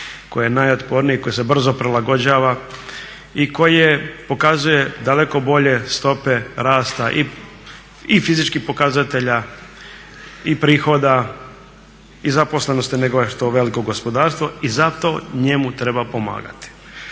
koje je najotpornije koje se brzo prilagođava i koje pokazuje daleko bolje stope rasta i fizičkih pokazatelja i prihoda i zaposlenosti nego veliko gospodarstvo i zato njemu treba pomagati.